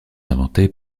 inventée